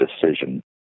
decision